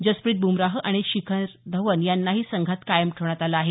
जसप्रीत बुमराह आणि शिखन धवन यांनाही संघात कायम ठेवण्यात आलं आहे